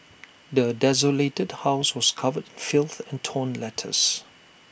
the desolated house was covered filth and torn letters